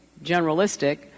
generalistic